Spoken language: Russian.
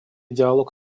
диалог